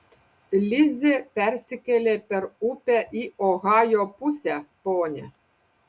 lizė persikėlė per upę į ohajo pusę ponia